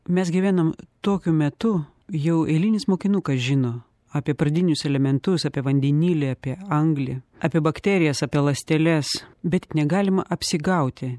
mes gyvenam tokiu metu jau eilinis mokinukas žino apie pradinius elementus apie vandenilį apie anglį apie bakterijas apie ląsteles bet negalima apsigauti